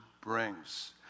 brings